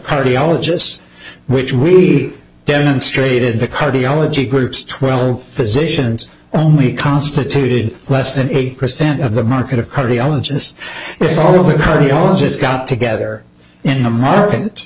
cardiologists which we demonstrated the cardiology groups twelve physicians only constituted less than eight percent of the market of cardiologists all over cardiologists got together in a market